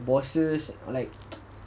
bosses like